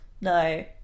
No